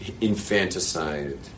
infanticide